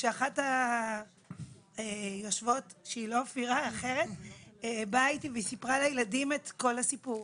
אחת מבנות הלהקה באה איתי וסיפרה לילדים את כל הסיפור.